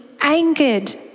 angered